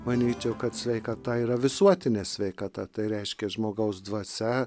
manyčiau kad sveikata yra visuotinė sveikata tai reiškia žmogaus dvasia